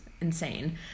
Insane